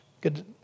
Good